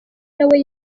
nawe